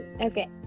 okay